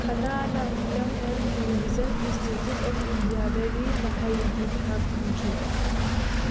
ꯈꯟꯅꯥꯅ film and television institute of ꯏꯟꯗꯤꯌꯥꯗꯒꯤ ꯃꯍꯩꯒꯤ ꯊꯥꯛ ꯐꯪꯈꯤ